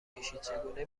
کشیدچگونه